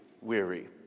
weary